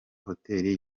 hoteli